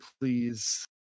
please